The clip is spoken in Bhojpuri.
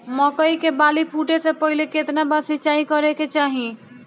मकई के बाली फूटे से पहिले केतना बार सिंचाई करे के चाही?